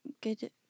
good